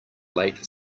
late